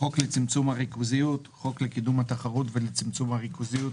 "חוק לצמצום הריכוזיות" חוק לקידום התחרות ולצמצום הריכוזיות,